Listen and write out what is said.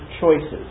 choices